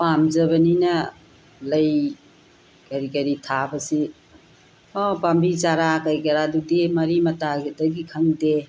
ꯄꯥꯝꯖꯕꯅꯤꯅ ꯂꯩ ꯀꯔꯤ ꯀꯔꯤ ꯊꯥꯕꯁꯤ ꯄꯥꯝꯕꯤ ꯆꯥꯔꯥ ꯀꯔꯤ ꯀꯔꯥꯗꯨꯗꯤ ꯃꯔꯤ ꯃꯇꯥꯗꯒꯤꯗꯒꯤ ꯈꯪꯗꯦ